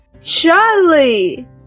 Charlie